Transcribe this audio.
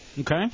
Okay